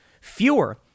fewer